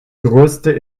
größte